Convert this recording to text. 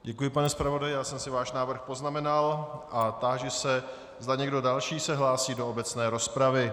Děkuji, pane zpravodaji, já jsem si váš návrh poznamenal a táži se, zda někdo další se hlásí do obecné rozpravy.